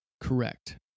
correct